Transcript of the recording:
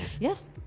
yes